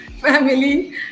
family